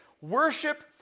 Worship